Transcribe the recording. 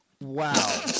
wow